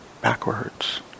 backwards